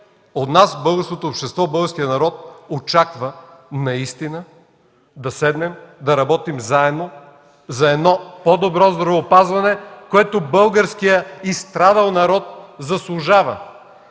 от нас българското общество, българският народ очаква наистина да седнем да работим заедно за едно по-добро здравеопазване, което българският изстрадал народ заслужава.